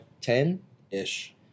ten-ish